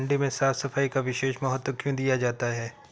मंडी में साफ सफाई का विशेष महत्व क्यो दिया जाता है?